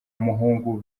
umuhungu